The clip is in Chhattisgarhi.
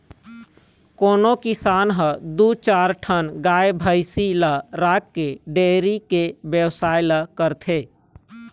कोनो किसान ह दू चार ठन गाय भइसी ल राखके डेयरी के बेवसाय ल करथे